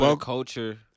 Culture